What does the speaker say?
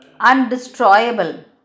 undestroyable